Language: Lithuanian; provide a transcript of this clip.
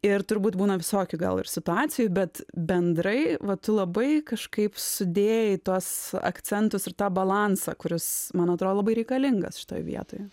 ir turbūt būna visokių gal ir situacijų bet bendrai va tu labai kažkaip sudėjai tuos akcentus ir tą balansą kuris man atrodo labai reikalingas šitoj vietoj